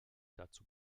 dazu